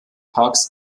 parks